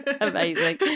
amazing